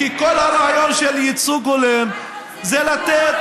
כי כל הרעיון של ייצוג הולם זה לתת,